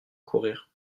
courrir